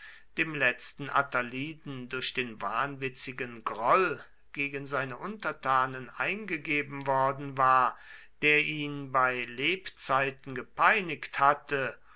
dem letzten attaliden durch den wahnwitzigen groll gegen seine untertanen eingegeben worden war der ihn bei lebzeiten gepeinigt hatte